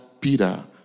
Peter